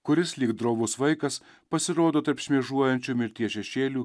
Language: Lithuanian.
kuris lyg drovus vaikas pasirodo tarp šmėžuojančių mirties šešėlių